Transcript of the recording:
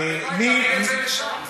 הלוואי שתעביר את זה לשם.